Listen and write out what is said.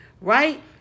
Right